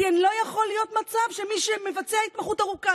כי לא יכול להיות מצב שמי שמבצע התמחות ארוכה